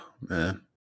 man